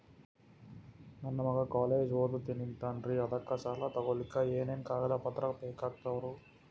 ನನ್ನ ಮಗ ಕಾಲೇಜ್ ಓದತಿನಿಂತಾನ್ರಿ ಅದಕ ಸಾಲಾ ತೊಗೊಲಿಕ ಎನೆನ ಕಾಗದ ಪತ್ರ ಬೇಕಾಗ್ತಾವು?